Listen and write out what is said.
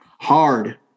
Hard